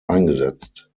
eingesetzt